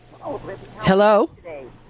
Hello